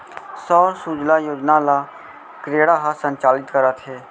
सौर सूजला योजना ल क्रेडा ह संचालित करत हे